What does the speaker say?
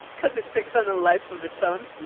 because it takes on a life of its own.